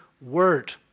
word